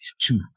two